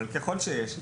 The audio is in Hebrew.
אבל ככל שיש,